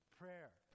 prayer